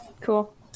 cool